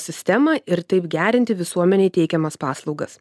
sistemą ir taip gerinti visuomenei teikiamas paslaugas